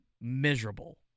miserable